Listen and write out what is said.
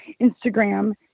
Instagram